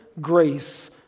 grace